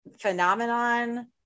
phenomenon